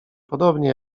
podobnie